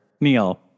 Neil